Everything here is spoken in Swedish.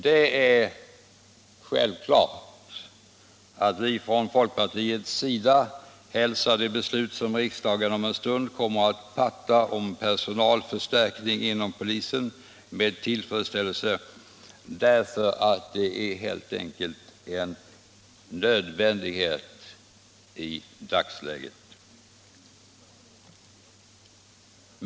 Det är självklart att vi från folkpartiets sida hälsar det beslut som riksdagen om en stund kommer att fatta om personalförstärkning inom polisen med tillfredsställelse — det är i dagsläget helt enkelt ett nödvändigt beslut.